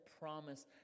promise